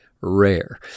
rare